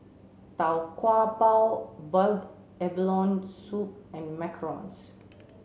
Tau Kwa Pau boiled abalone soup and Macarons